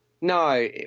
No